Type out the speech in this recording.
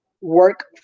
work